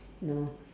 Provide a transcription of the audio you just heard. no